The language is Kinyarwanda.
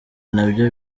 nabyo